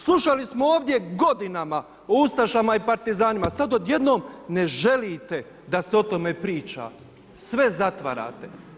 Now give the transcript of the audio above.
Slušali smo ovdje godinama o ustašama i partizanima, sada odjednom ne želite da se o tome priča, sve zatvarate.